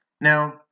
Now